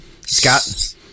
Scott